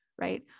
right